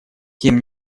тем